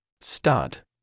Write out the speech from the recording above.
Stud